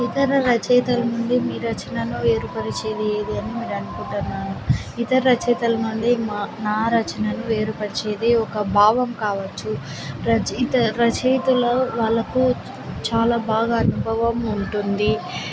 ఇతర రచయితల నుండి మీ రచనను వేరుపరిచేది ఏది అని మీరు అనుకుంటున్నాను ఇతర రచయితల నుండి మా నా రచనను వేరుపరిచేది ఒక భావం కావచ్చు రచ ఇత రచయితలో వాళ్లకు చాలా బాగా అనుభవం ఉంటుంది